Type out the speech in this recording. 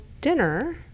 dinner